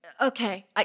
Okay